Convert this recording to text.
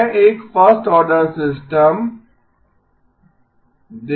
मैं एक first order system A 1−a z−1